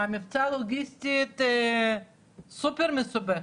זה מבצע לוגיסטי סופר מסובך.